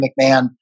mcmahon